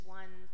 one